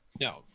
No